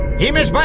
himesh, but